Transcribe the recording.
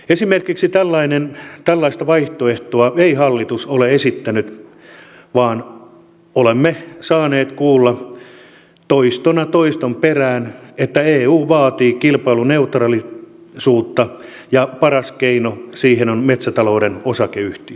esimerkiksi tällaista vaihtoehtoa ei hallitus ole esittänyt vaan olemme saaneet kuulla toistona toiston perään että eu vaatii kilpailuneutraalisuutta ja paras keino siihen on metsätalouden osakeyhtiö